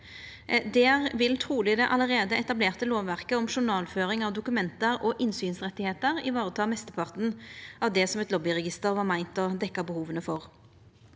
Der vil truleg det allereie etablerte lovverket om journalføring av dokument og innsynsrettar vareta mesteparten av det eit lobbyregister var meint å dekkja behova for.